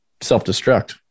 self-destruct